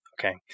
okay